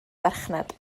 farchnad